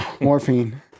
morphine